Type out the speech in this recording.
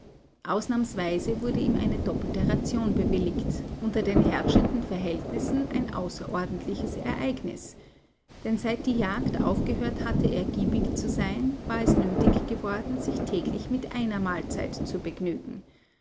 ausnahmsweise wurde ihm eine doppelte ration bewilligt unter den herrschenden verhältnissen ein außerordentliches ereignis denn seit die jagd aufgehört hatte ergiebig zu sein war es nötig geworden sich täglich mit einer mahlzeit zu begnügen